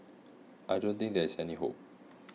I don't think there is any hope